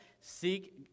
seek